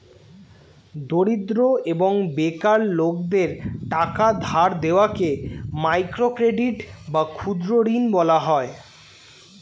দরিদ্র এবং বেকার লোকদের টাকা ধার দেওয়াকে মাইক্রো ক্রেডিট বা ক্ষুদ্র ঋণ বলা হয়